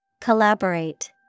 Collaborate